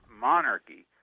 monarchy